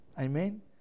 Amen